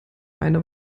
einer